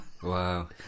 Wow